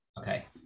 Okay